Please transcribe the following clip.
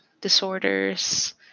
disorders